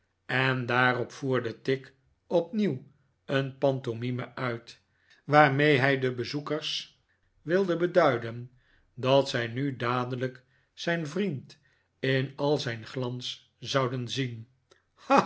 en daarop voerde tigg opnieuw een pantomime uit waarmee hij de bezoekers wilde beduiden dat zij nu dadelijk zijn vriend in al zijn glans zouden zien